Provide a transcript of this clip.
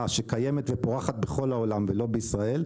שקיימת ופורחת בכל העולם ולא בישראל,